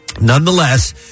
Nonetheless